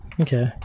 Okay